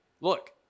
look